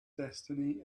destiny